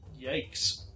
Yikes